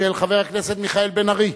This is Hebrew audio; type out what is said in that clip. של חבר הכנסת מיכאל בן-ארי,